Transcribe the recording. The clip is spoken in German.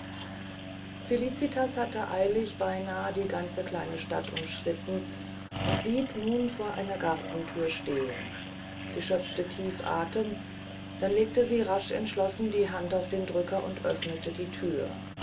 felicitas hatte eilig beinahe die ganze kleine stadt umschritten und blieb nun vor einer gartenthür stehen sie schöpfte tief atem dann legte sie rasch entschlossen die hand auf den drücker und öffnete die thür